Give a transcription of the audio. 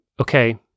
okay